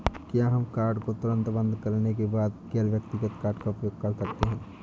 क्या हम कार्ड को तुरंत बंद करने के बाद गैर व्यक्तिगत कार्ड का उपयोग कर सकते हैं?